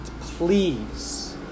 Please